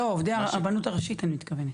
לא, עובדי הרבנות הראשית אני מתכוונת.